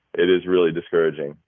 it is really discouraging.